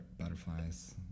Butterflies